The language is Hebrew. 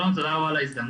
שלום, תודה רבה על ההזדמנות.